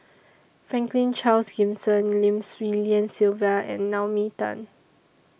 Franklin Charles Gimson Lim Swee Lian Sylvia and Naomi Tan